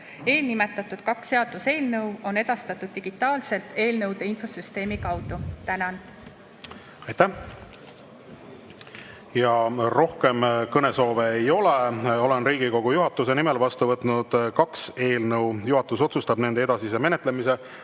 Eelnimetatud kaks seaduseelnõu on edastatud digitaalselt eelnõude infosüsteemi kaudu. Tänan! Aitäh! Rohkem kõnesoove ei ole. Olen Riigikogu juhatuse nimel vastu võtnud kaks eelnõu. Juhatus otsustab nende edasise menetlemise